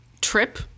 trip